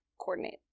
coordinate